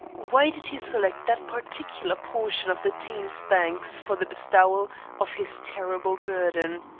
why did he select that particular portion of the thames banks for the bestowal of his terrible burden?